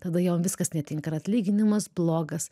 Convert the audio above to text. tada jam viskas netinka ir atlyginimas blogas